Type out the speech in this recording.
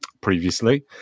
previously